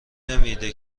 نمیده